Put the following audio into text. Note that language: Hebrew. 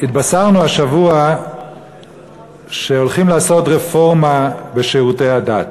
התבשרנו השבוע שהולכים לעשות רפורמה בשירותי הדת.